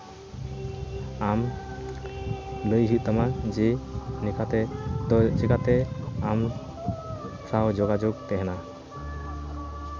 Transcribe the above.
ᱟᱢ ᱞᱟᱹᱭ ᱦᱩᱭᱩᱜ ᱛᱟᱢᱟ ᱡᱮ ᱱᱤᱝᱠᱟ ᱛᱮᱫᱚ ᱪᱮᱠᱟᱛᱮ ᱟᱢ ᱥᱟᱶ ᱡᱳᱜᱟᱡᱳᱜᱽ ᱛᱟᱦᱮᱱᱟ